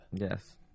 Yes